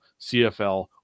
CFL